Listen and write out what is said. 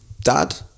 dad